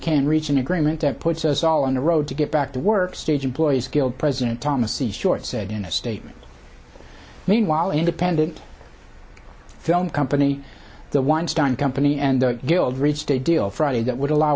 can reach an agreement that puts us all on the road to get back to work state employees killed president thomas e short said in a statement meanwhile independent film company the weinstein company and the guild reached a deal friday that would allow